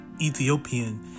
Ethiopian